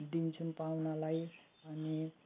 दिन्छौँ पाहुनालाई अनि